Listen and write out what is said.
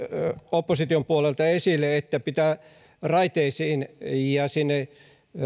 opposition puolelta esille se että raiteisiin ja sinne